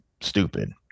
stupid